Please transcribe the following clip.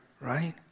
right